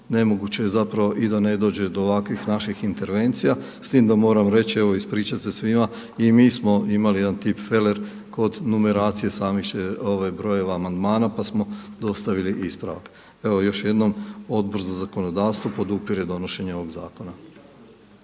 nemoguće je zapravo i da ne dođe do ovakvih naših intervencija. S time da moram reći, evo i ispričati se svima i mi smo imali jedan tipfeler kod numeracije samih brojeva amandmana pa smo dostavi ispravak. Evo još jednom, Odbor za zakonodavstvo podupire donošenje ovog zakona.